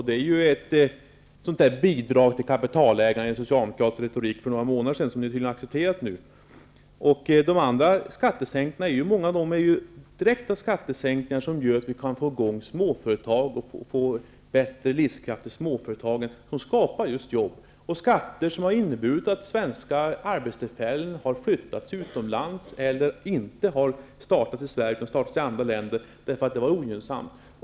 Det är ett ''bidrag till kapitalägarna'' enligt socialdemokratisk retorik som ni nu tydligen har accepterat. Många av de andra skattesänkningarna är sådana som gör att vi kan få i gång småföretag och få bättre livskraft i småföretagen, som skapar just jobb. En del gäller skatter som har inneburit att svenska arbetstillfällen har flyttats utomlands eller inte har startats i Sverige, därför att det har varit ogynnsamt, utan har startats i andra länder.